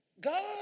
God